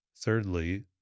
Thirdly